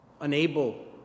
unable